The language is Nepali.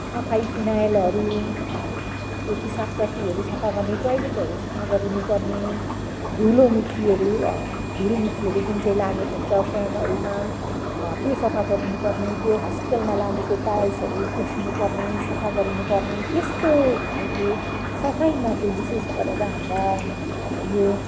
सफाई फिनाइलहरू त्यो पिसाब टट्टीहरू सफा गर्ने टोयलेटहरू सफा गरिनुपर्ने धुलो मिट्टीहरू धुलमिट्टीहरू जुन चाहिँ लागेको हुन्छ फ्यानहरूमा त्यो सफा गरिनुपर्ने त्यो हस्पिटलमा लागेको टायल्सहरू पुछिनुपर्ने सफा गरिनुपर्ने त्यस्तो खालके सफाईमा चाहिँ विशेष गरेर हाम्रा यो